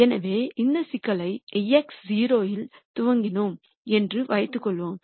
எனவே இந்த சிக்கலை x0 இல் துவக்கினோம் என்று வைத்துக் கொள்வோம்